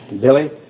Billy